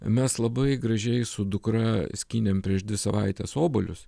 mes labai gražiai su dukra skynėm prieš dvi savaites obuolius